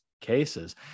cases